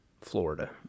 Florida